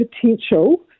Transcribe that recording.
potential